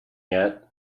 yet